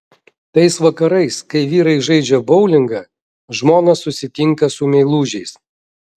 tais vakarais kai vyrai žaidžia boulingą žmonos susitinka su meilužiais